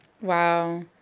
Wow